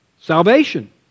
Salvation